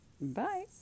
Bye